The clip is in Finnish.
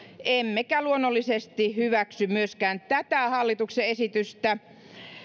emmekä luonnollisesti hyväksy myöskään tätä hallituksen esitystä